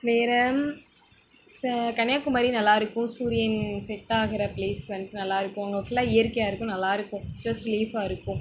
வேறு கன்னியாகுமரி நல்லாயிருக்கும் சூரியன் செட் ஆகிற ப்ளேஸ் வந்துட்டு நல்லாயிருக்கும் அங்கே ஃபுல்லாக இயற்கையாக இருக்கும் நல்லாயிருக்கும் ஸ்ட்ரெஸ் ரிலீஃப்பாக இருக்கும்